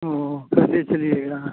ओ कल ही चलिएगा